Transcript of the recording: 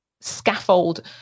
scaffold